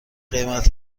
قیمت